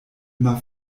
immer